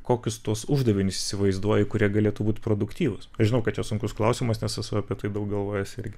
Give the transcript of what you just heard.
kokius tuos uždavinius įsivaizduoji kurie galėtų būt produktyvūs aš žinau kad čia sunkus klausimas nes esu apie tai daug galvojęs irgi